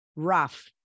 rough